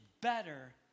better